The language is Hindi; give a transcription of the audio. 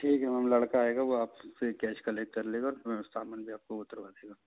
ठीक है मैम लड़का आएगा वो आप से कैश कलेक्ट कर लेगा और सामान भी आपको उतरवा देगा